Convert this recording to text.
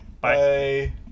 Bye